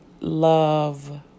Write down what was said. love